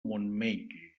montmell